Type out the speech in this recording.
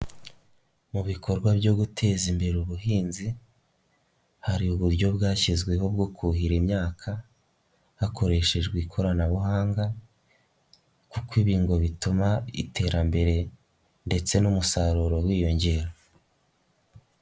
Mu bikorwa byo guteza imbere ubuhinzi, hari uburyo bwashyizweho bwo kuhira imyaka, hakoreshejwe ikoranabuhanga kuko ibi ngo bituma iterambere ndetse n'umusaruro wiyongera.